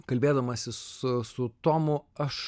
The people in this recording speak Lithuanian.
kalbėdamasis su tomu aš